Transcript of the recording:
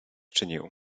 czynił